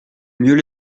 mieux